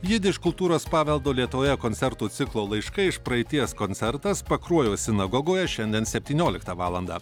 jidiš kultūros paveldo lietuvoje koncertų ciklo laiškai iš praeities koncertas pakruojo sinagogoje šiandien septynioliktą valandą